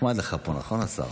נחמד לך פה, נכון, השר?